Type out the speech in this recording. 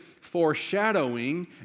foreshadowing